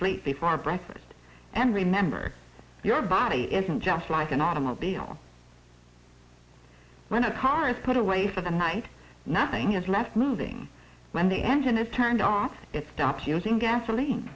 sleep before breakfast and remember your body isn't just like an automobile when a car is put away for the night nothing is left moving when the engine is turned off it stops using gasoline